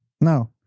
no